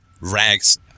rags